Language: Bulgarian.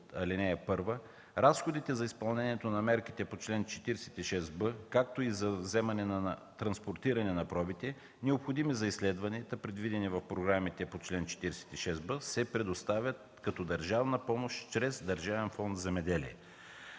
от ал. 1 – разходите за изпълнението на мерките по чл. 46б, както и за вземане на транспортиране на пробите, необходими за изследване са предвидени в програмите по чл. 46б, се предоставят като държавна помощ чрез Държавен фонд „Земеделие”.